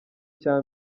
cya